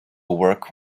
work